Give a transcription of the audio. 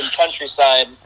countryside